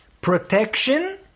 protection